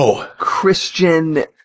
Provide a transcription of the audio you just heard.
Christian